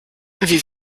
wie